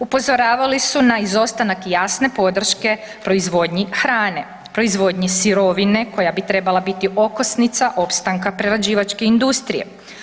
Upozoravali su izostanak jasne podrške proizvodnji hrane, proizvodnji sirovine koja bi trebala biti okosnica opstanka prerađivačke industrije.